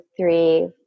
three